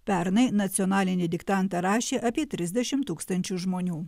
pernai nacionalinį diktantą rašė apie trisdešim tūkstančių žmonių